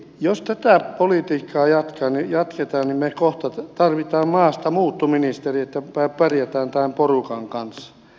jos tätä politiikkaa jatketaan niin me kohta tarvitsemme maastamuuttoministerin että pärjätään tämän porukan kanssa